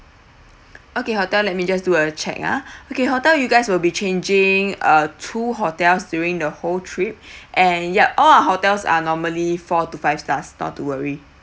okay hotel let me just do a check uh okay hotel you guys will be changing uh two hotels during the whole trip and ya all our hotels are normally four to five star not to worry